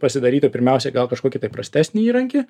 pasidarytų pirmiausiai gal kažkokį tai prastesnį įrankį